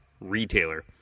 retailer